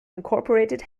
incorporated